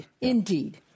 Indeed